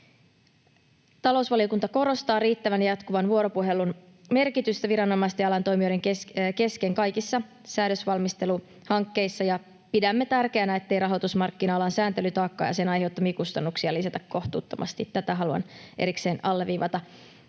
Talousvaliokunta korostaa riittävän ja jatkuvan vuoropuhelun merkitystä viranomaisten ja alan toimijoiden kesken kaikissa säädösvalmisteluhankkeissa, ja pidämme tärkeänä, ettei rahoitusmarkkina-alan sääntelytaakkaa ja sen aiheuttamia kustannuksia lisätä kohtuuttomasti. Tätä haluan erikseen alleviivata.